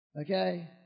Okay